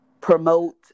promote